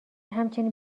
همچنین